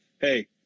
Hey